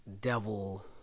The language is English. devil